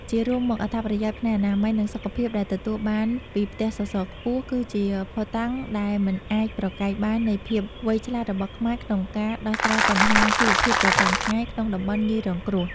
ជារួមមក អត្ថប្រយោជន៍ផ្នែកអនាម័យ និងសុខភាពដែលទទួលបានពីផ្ទះសសរខ្ពស់ គឺជាភស្តុតាងដែលមិនអាចប្រកែកបាននៃភាពវៃឆ្លាតរបស់ខ្មែរក្នុងការដោះស្រាយបញ្ហាជីវភាពប្រចាំថ្ងៃក្នុងតំបន់ងាយរងគ្រោះ។